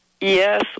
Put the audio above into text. Yes